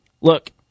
Look